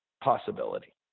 possibility